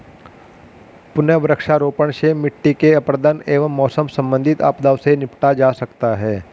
पुनः वृक्षारोपण से मिट्टी के अपरदन एवं मौसम संबंधित आपदाओं से निपटा जा सकता है